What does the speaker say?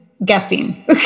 Guessing